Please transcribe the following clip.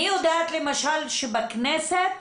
אני יודעת למשל שבכנסת